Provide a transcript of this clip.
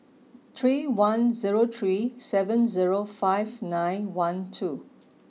three one zero three seven zero five nine one two